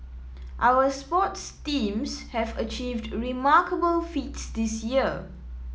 our sports teams have achieved remarkable feats this year